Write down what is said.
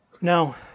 Now